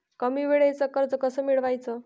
कमी वेळचं कर्ज कस मिळवाचं?